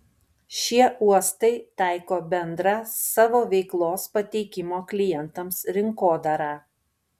šie uostai taiko bendrą savo veiklos pateikimo klientams rinkodarą